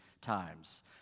times